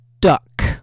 Duck